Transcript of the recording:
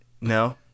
No